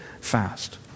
fast